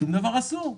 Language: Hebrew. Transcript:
שום דבר אסור.